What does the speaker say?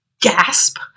gasp